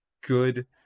good